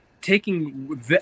taking